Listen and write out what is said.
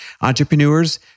Entrepreneurs